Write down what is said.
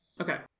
Okay